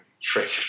trick